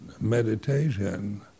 meditation